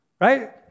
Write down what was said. Right